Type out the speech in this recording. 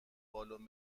بالن